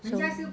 so you